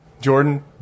Jordan